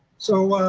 so